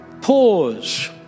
Pause